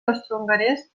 austrohongarès